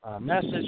message